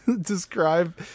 describe